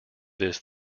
this